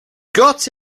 got